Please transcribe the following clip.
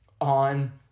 on